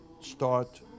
start